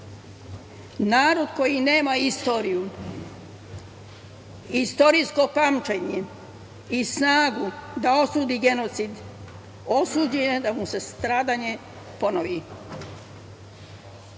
koji nema istoriju, istorijsko pamćenje i snagu da osudi genocid, osuđuje da mu se stradanje ponovi.